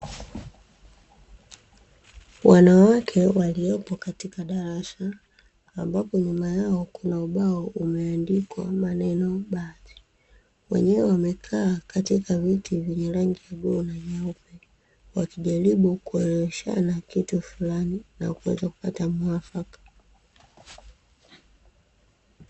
Wanawake waliopo katika darasa ambapo nyuma yao kuna ubao umeandikwa maneno baadhi wenyewe wamekaa katika viti vyenye rangi ya bluu na nyeupe wakijaribu kuelimishana kitu fulani na kuweza kupata muafaka.